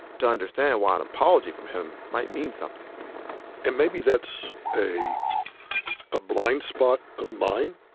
to understand why an apology from him might mean something and maybe that's a ah blind spot of mine.